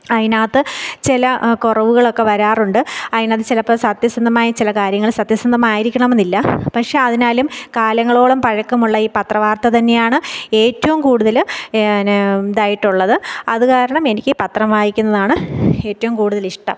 അതിനകത്ത് ചില കുറവുകളൊക്കെ വരാറുണ്ട് അതിനകത്ത് ചിലപ്പം സത്യസന്ധമായ ചില കാര്യങ്ങൾ സത്യസന്ധമായിരിക്കണമെന്നില്ല പക്ഷേ അതിനാലും കാലങ്ങളോളം പഴക്കമുള്ള ഈ പത്ര വാര്ത്ത തന്നെയാണ് ഏറ്റവും കൂടുതൽ നെ ഇതായിട്ടുള്ളത് അത് കാരണം എനിക്ക് പത്രം വായിക്കുന്നതാണ് ഏറ്റവും കൂടുതലിഷ്ടം